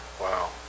Wow